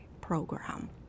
program